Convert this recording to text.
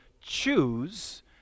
choose